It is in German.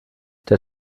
der